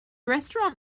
restaurant